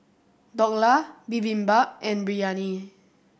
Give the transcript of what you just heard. Dhokla Bibimbap and Biryani